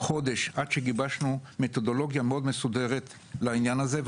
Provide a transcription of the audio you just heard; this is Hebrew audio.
חודש עד שגיבשנו מתודולוגיה מאוד מסודרת בעניין הזה.